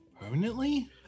permanently